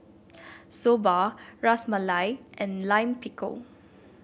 Soba Ras Malai and Lime Pickle